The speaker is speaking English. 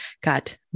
Got